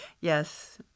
Yes